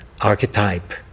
archetype